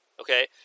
Okay